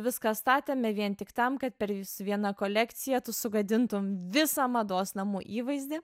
viską statėme vien tik tam kad per jus vieną kolekciją tu sugadintumei visą mados namų įvaizdį